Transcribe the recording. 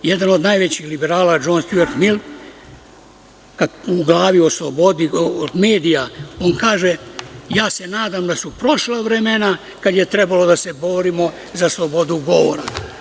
Jedan od najvećih liberala Džon Stjuart Mil, kad u glavi o slobodi medija, on kaže, ja se nadam da su prošla vremena, kada je trebalo da se borimo za slobodu govora.